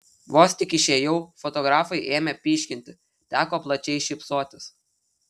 vos tik išėjau fotografai ėmė pyškinti teko plačiai šypsotis